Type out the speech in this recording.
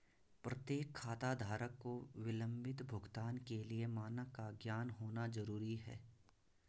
प्रत्येक खाताधारक को विलंबित भुगतान के लिए मानक का ज्ञान होना जरूरी है